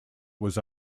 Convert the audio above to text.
was